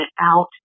out